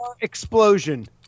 explosion